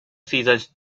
seasons